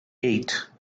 eight